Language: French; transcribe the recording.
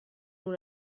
nous